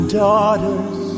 daughters